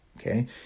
Okay